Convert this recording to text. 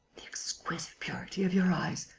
the exquisite purity of your eyes!